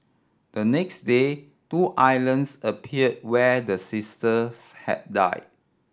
the next day two islands appeared where the sisters had died